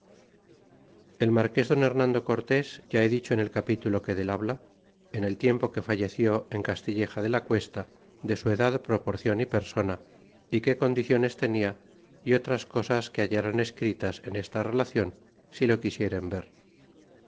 el marques don remando cortés ya he dicho en el capítulo que del habla en el tiempo que falleció en castilleja de la cuesta de su edad proporcion y persona é que condiciones tenia é otras cosas que hallarán escritas en esta relacion si lo quisieren ver